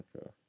Okay